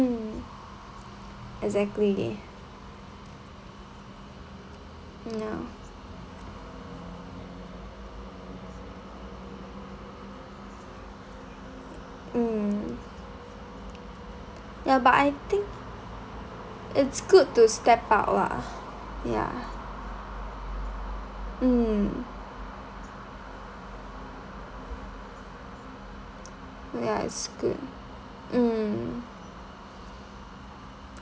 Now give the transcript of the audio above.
exactly ya mm ya but I think it's good to step out lah ya mm ya it's good mm